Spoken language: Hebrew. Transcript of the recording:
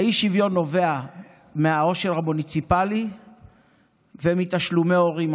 האי-שוויון נובע מהעושר המוניציפלי ומתשלומי הורים.